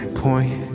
point